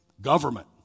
Government